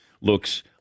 looks